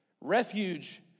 Refuge